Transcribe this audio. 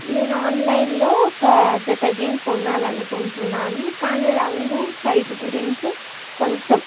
నేను ఆన్లైన్లో ఒక జత జీన్స్ కొనాలని అనుకుంటున్నాను కానీ రంగు సైజు గురించే కొంచెం